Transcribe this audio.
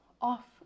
off